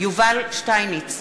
יובל שטייניץ,